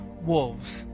wolves